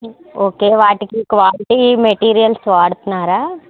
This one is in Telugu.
ఓకే వాటికి క్వాలిటీ మెటీరియల్స్ వాడుతున్నారా